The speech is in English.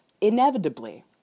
inevitably